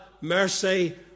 mercy